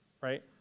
right